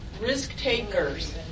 risk-takers